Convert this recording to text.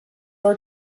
our